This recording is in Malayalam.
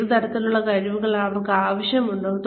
ഏത് തരത്തിലുള്ള കഴിവുകളൊക്കെയാണ് അവർക്ക് ആവശ്യമുള്ളത്